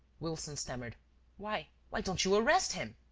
wilson stammered why. why don't you arrest him?